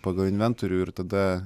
pagal inventorių ir tada